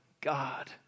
God